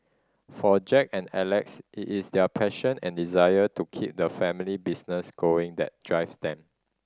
for Jack and Alex it is their passion and desire to keep the family business going that drives them